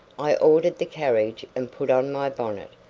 i ordered the carriage and put on my bonnet,